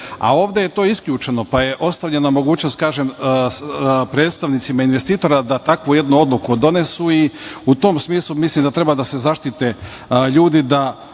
Ovde je to isključeno, pa je ostavljena mogućnost, kažem, predstavnicima investitora da takvu jednu odluku donesu i u tom smislu mislim da treba da se zaštite ljudi da,